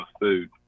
food